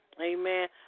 Amen